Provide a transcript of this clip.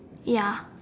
ya